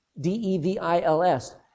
D-E-V-I-L-S